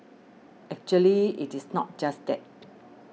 actually it is not just that